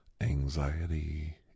anxiety